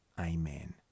Amen